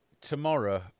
tomorrow